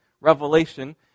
revelation